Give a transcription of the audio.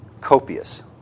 copious